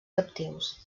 captius